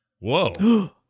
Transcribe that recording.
Whoa